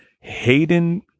Hayden